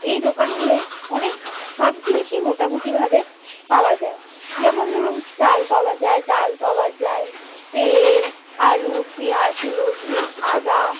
এই দোকানগুলোয় অনেক সব জিনিসই মোটামুটিভাবে পাওয়া যায় যেমন ধরুন চাল পাওয়া যায় ডাল পাওয়া যায় তেল আলু পেঁয়াজ রসুন আদা